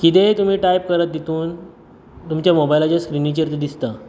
कितेंय तुमी टायप करत तितुन तुमच्या मोबायलाच्या स्क्रिनिचेर तें दिसता